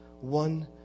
one